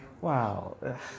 wow